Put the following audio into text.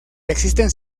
existen